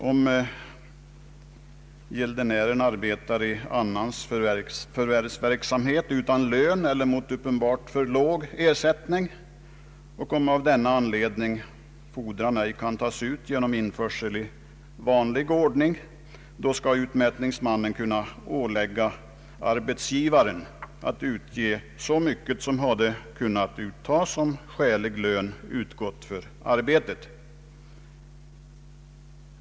Om denne arbetar i annans förvärvsverksamhet utan lön eller mot uppenbart för låg ersättning och om av denna anledning fordran ej kan tas ut genom införsel i vanlig ordning, skall utmätningsmannen kunna ålägga arbetsgivaren att utge så mycket som hade kunnat uttas om skälig lön hade utgått för arbetet.